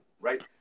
right